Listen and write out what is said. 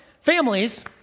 families